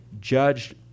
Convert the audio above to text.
judged